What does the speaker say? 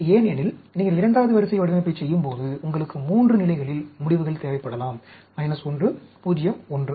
ஏனெனில் நீங்கள் இரண்டாவது வரிசை வடிவமைப்பைச் செய்யும்போது உங்களுக்கு 3 நிலைகளில் முடிவுகள் தேவைப்படலாம் 1 0 1